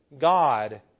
God